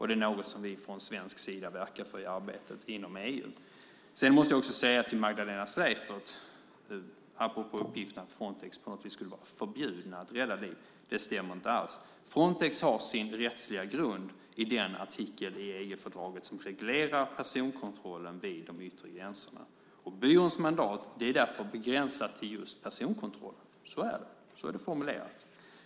Det är något som vi från svensk sida verkar för i arbetet inom EU. Till Magdalena Streijffert måste jag säga, apropå uppgiften att Frontex på något vis skulle vara förbjudet att rädda liv, att det inte stämmer. Frontex har sin rättsliga grund i den artikel i EU-fördraget som reglerar personkontrollen vid de yttre gränserna, och byråns mandat är därför begränsat till just personkontroller. Så är det. Så är det formulerat.